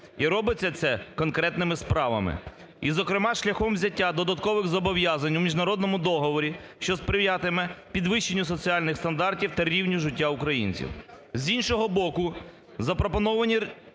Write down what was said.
І робиться це конкретними справами і, зокрема, шляхом взяття додаткових зобов'язань у міжнародному договорі, що сприятиме підвищенню соціальних стандартів та рівню життя українців. З іншого боку, запропоновані розширення